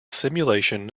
simulation